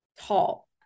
tall